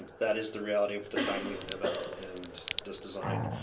that is the reality of the time we live in, and this design,